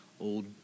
old